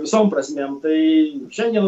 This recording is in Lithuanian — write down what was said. visom prasmėm tai šiandien